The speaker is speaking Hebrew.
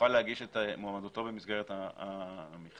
יוכל להגיש את מועמדותו במסגרת המכרז,